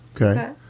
okay